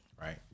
Right